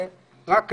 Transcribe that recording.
רק אני,